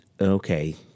okay